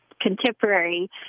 contemporary